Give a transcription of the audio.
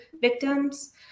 victims